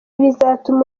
bizatuma